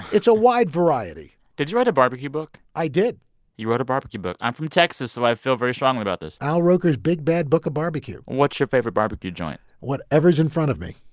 it's a wide variety did you write a barbecue book? i did you wrote a barbecue book. i'm from texas, so i feel very strongly about this al roker's big bad book of barbecue. what's your favorite barbecue joint? whatever's in front of me